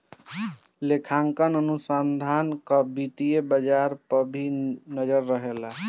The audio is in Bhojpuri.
लेखांकन अनुसंधान कअ वित्तीय बाजार पअ भी नजर रहेला